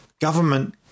government